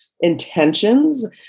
intentions